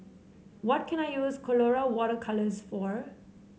what can I use Colora Water Colours for